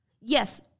Yes